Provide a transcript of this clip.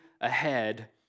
ahead